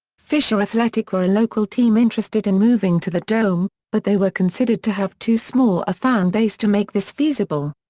fisher athletic were a local team interested in moving to the dome, but they were considered to have too small a fan base to make this feasible.